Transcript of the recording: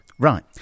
Right